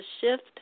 shift